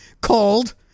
called